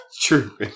True